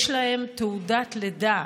יש להם תעודת לידה,